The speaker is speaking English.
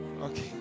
Okay